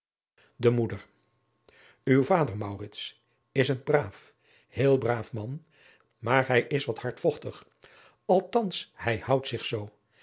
de moeder uw vader maurits is een braaf heel braaf man maar hij is wat hardvochtig althans hij houdt zich zoo